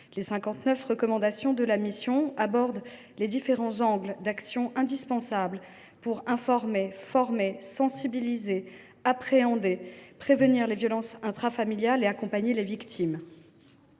neuf recommandations de la mission englobent les différents angles d’action qui sont indispensables pour informer, former, sensibiliser, pour appréhender et prévenir les violences intrafamiliales et pour accompagner les victimes.